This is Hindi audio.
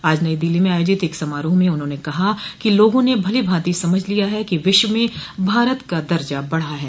आज नई दिल्ली में आयोजित एक समारोह में उन्होंने कहा कि लोगों ने भलीभांति समझ लिया है कि विश्व में भारत का दर्जा बढ़ा है